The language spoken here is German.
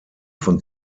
von